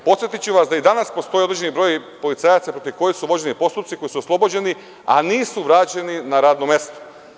Podsetiću vas da i danas postoje određeni brojevi policajaca protiv kojih su vođeni postupci, koji su oslobođeni, a nisu vraćeni na radno mesto.